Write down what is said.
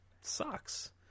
sucks